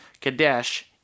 Kadesh